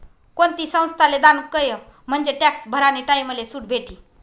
कोणती संस्थाले दान कयं म्हंजे टॅक्स भरानी टाईमले सुट भेटी